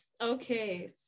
okay